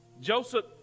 Joseph